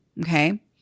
Okay